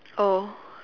oh